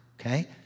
Okay